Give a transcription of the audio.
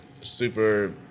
super